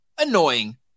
annoying